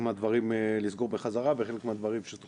מהדברים לסגור בחזרה וחלק מהדברים שתוכננו להיפתח לא נפתחו.